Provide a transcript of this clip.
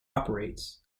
operates